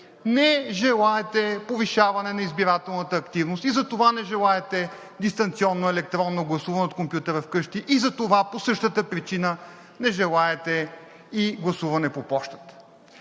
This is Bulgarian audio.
не желаете повишаване на избирателната активност и затова не желаете дистанционно електронно гласуване от компютъра вкъщи, и затова по същата причина не желаете и гласуване по пощата.